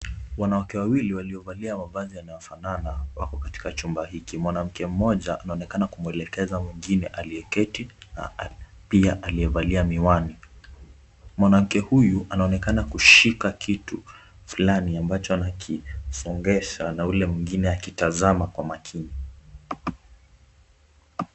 Wanawake wawili waliovalia mavazi yanayofanana wako katika chumba hiki. Mwanamke mmoja anaonekana kumwelekeza mwingine aliyeketi pia aliyevalia miwani. Mwanamke huyu anaonekana kushika kitu fulani ambacho anakisongesha na yule mwingine akitazama kwa makini.